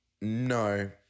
No